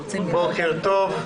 בוקר טוב.